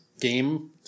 game